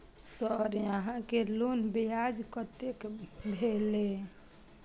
Sir यहां के loan ब्याज कतेक भेलेय?